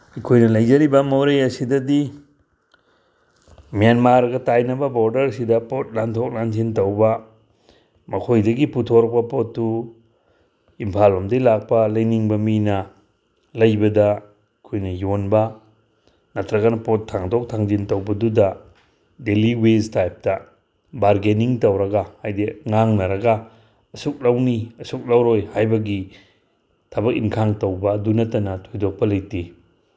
ꯑꯩꯈꯣꯏꯅ ꯂꯩꯖꯔꯤꯕ ꯃꯣꯔꯦ ꯑꯁꯤꯗꯗꯤ ꯃꯦꯟꯃꯥꯔꯒ ꯇꯥꯏꯅꯕ ꯕꯣꯔꯗꯔꯁꯤꯗ ꯄꯣꯠ ꯂꯥꯟꯊꯣꯛ ꯂꯥꯟꯁꯤꯟ ꯇꯧꯕ ꯃꯈꯣꯏꯗꯒꯤ ꯄꯨꯊꯣꯔꯛꯄ ꯄꯣꯠꯇꯨ ꯏꯝꯐꯥꯜꯂꯣꯝꯗꯒꯤ ꯂꯥꯛꯄ ꯂꯩꯅꯤꯡꯕ ꯃꯤꯅ ꯂꯩꯕꯗ ꯑꯩꯈꯣꯏꯅ ꯌꯣꯟꯕ ꯅꯠꯇ꯭ꯔꯒꯅ ꯄꯣꯠ ꯊꯥꯡꯇꯣꯛ ꯊꯥꯡꯖꯤꯟ ꯇꯧꯕꯗꯨꯗ ꯗꯦꯜꯂꯤ ꯋꯦꯖ ꯇꯥꯏꯞꯇ ꯕꯥꯔꯒꯦꯅꯤꯡ ꯇꯧꯔꯒ ꯍꯥꯏꯗꯤ ꯉꯥꯡꯅꯔꯒ ꯑꯁꯨꯛ ꯂꯧꯅꯤ ꯑꯁꯨꯛ ꯂꯧꯔꯣꯏ ꯍꯥꯏꯕꯒꯤ ꯊꯕꯛ ꯏꯪꯈꯥꯡ ꯇꯧꯕ ꯑꯗꯨ ꯅꯠꯇꯅ ꯊꯣꯏꯗꯣꯛꯄ ꯂꯩꯇꯦ